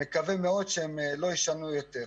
אני מקווה מאוד שהם לא יישנו יותר.